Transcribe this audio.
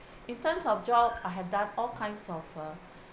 in terms of job I had done all kinds of uh